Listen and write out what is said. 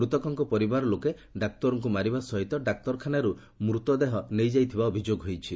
ମୂତକଙ୍କ ପରିବାର ଲୋକେ ଡାକ୍ତରଙ୍କୁ ମାରିବା ସହିତ ଡାକ୍ତରଖାନାରୁ ମୃତ ଦେହ ନେଇଯାଇଥିବା ଅଭିଯୋଗ ହୋଇଛି